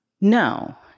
No